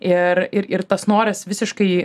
ir ir tas noras visiškai